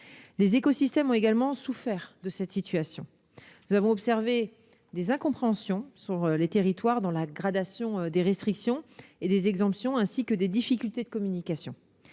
Les écosystèmes ont également souffert de cette situation. Nous avons observé dans les territoires des incompréhensions en matière de gradation des restrictions et des exemptions, ainsi que des difficultés de communication.